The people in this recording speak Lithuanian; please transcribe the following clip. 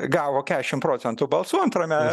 gavo kediašimt procentų balsų antrame